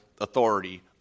authority